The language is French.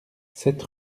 sept